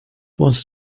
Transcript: wants